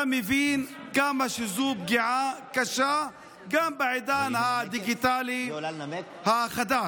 אתה מבין כמה שזו פגיעה קשה גם בעידן הדיגיטלי החדש.